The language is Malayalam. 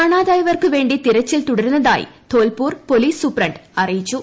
കാണാതായവർക്കു വേണ്ടി തിരച്ചിൽ തുടരുന്നതായി ധോൽപുർ പോലീസ് സൂപ്രണ്ട് അറിയിച്ചു